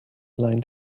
line